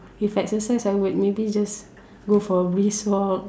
if exercise I would maybe just go for a brisk walk or